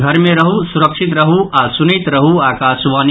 घर मे रहू सुरक्षित रहू आ सुनैत रहू आकाशवाणी